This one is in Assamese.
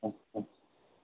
অঁ